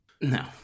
No